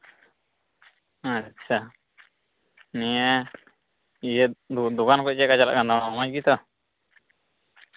ᱟᱪᱪᱷᱟ ᱱᱤᱭᱟᱹ ᱤᱭᱟᱹ ᱫᱚᱠᱟᱱ ᱠᱚ ᱪᱮᱫ ᱞᱮᱠᱟ ᱪᱟᱞᱟᱜ ᱠᱟᱱᱟ ᱢᱚᱡᱽ ᱜᱮᱛᱚ